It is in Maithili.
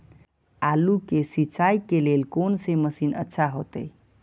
आलू के सिंचाई के लेल कोन से मशीन अच्छा होते?